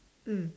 mm